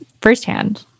firsthand